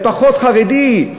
פחות חרדי,